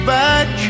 back